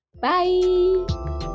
bye